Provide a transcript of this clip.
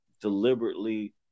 deliberately